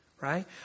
Right